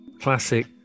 Classic